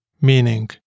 meaning